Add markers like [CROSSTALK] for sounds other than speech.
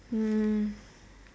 mm [BREATH]